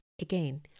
again